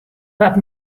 wat